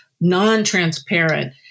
non-transparent